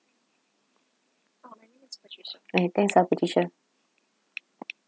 eh thanks ah patricia